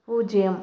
பூஜ்யம்